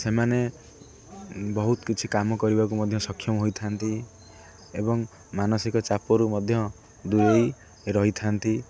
ସେମାନେ ବହୁତ କିଛି କାମ କରିବାକୁ ମଧ୍ୟ ସକ୍ଷମ ହୋଇଥାନ୍ତି ଏବଂ ମାନସିକ ଚାପରୁ ମଧ୍ୟ ଦୂରାଇ ରହିଥାନ୍ତି